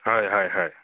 হয় হয় হয়